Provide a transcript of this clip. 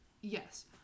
Yes